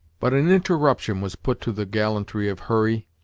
but an interruption was put to the gallantry of hurry,